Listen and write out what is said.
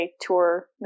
tour